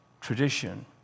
tradition